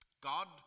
God